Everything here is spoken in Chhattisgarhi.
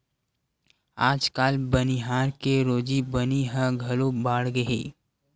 आजकाल बनिहार के रोजी बनी ह घलो बाड़गे हे